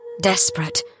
Desperate